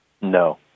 No